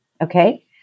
okay